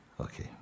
Okay